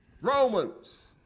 Romans